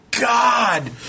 God